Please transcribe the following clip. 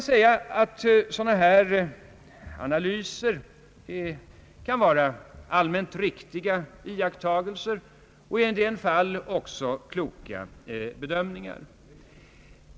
Sådana här analyser kan vara allmänt riktiga iakttagelser och i en del fall också kloka bedömningar.